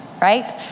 right